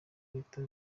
leta